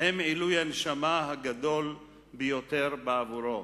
הן עילוי הנשמה הגדול ביותר בעבורו.